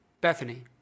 Bethany